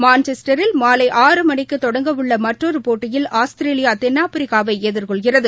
மான்செஸ்டரில் மாலை ஆறு மணிக்குதொடங்கவுள்ளமற்றொருபோட்டியில் ஆஸ்திரேலியா தென்னாப்பிரிக்காவைஎதிர்கொள்கிறது